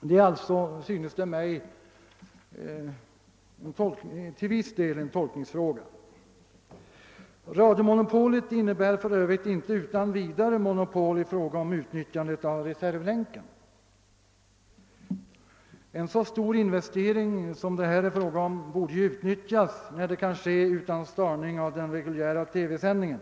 Det är alltså, synes det mig, till viss del en tolkningsfråga. Radiomonopolet innebär för Övrigt inte utan vidare något monopol beträffande utnyttjandet av reservlänken. En så stor investering som det här är fråga om bör ju utnyttjas när det kan ske utan störning av den reguljära TV-sändningen.